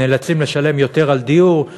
נאלצים לשלם יותר על דיור,